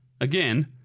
Again